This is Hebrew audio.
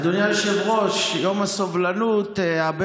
זה יום הסובלנות.